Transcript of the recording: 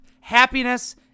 Happiness